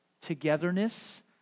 togetherness